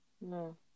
No